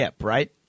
right